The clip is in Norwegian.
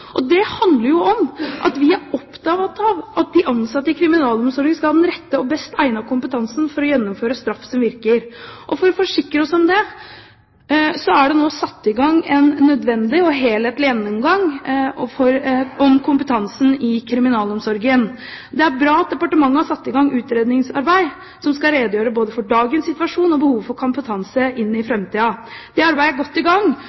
Og det handler jo om at vi er opptatt av at de ansatte i kriminalomsorgen skal ha den rette og best egnede kompetansen for å gjennomføre straff som virker. For å forsikre oss om det er det nå satt i gang en nødvendig og helhetlig gjennomgang av kompetansen i kriminalomsorgen. Det er bra at departementet har satt i gang utredningsarbeid som skal redegjøre både for dagens situasjon og behovet for kompetanse inn i framtiden. Det arbeidet er godt i gang,